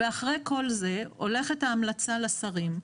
ואחרי כל זה, הולכת ההמלצה לשרים.